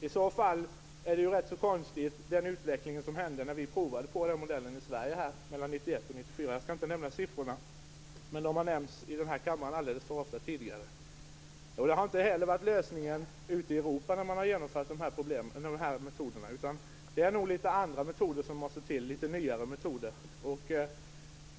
I så fall var den utveckling som ägde rum när vi provade den här modellen 1991-1994 rätt konstig. Jag skall inte nämna siffrorna - de har redovisats här i kammaren alltför ofta tidigare. De här metoderna har inte heller varit en lösning när de genomförts ute i Europa. Det måste nog till litet andra och nyare metoder.